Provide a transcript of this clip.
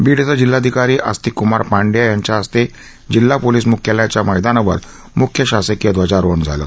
बीड इथं जिल्हाधिकारी आस्तिक कमार पाण्डेय यांच्या हस्ते जिल्हा पोलीस मुख्यालयाच्या मैदानावर मुख्य शासकीय ध्वजारोहण झालं